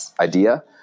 idea